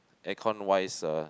aircon wise uh